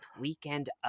weekend